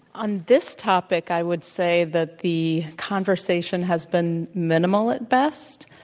on this topic, i would say that the conversation has been minimal, at best.